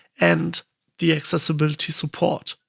and the accessibility support.